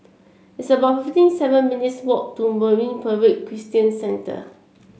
it's about fifty seven minutes' walk to Marine Parade Christian Centre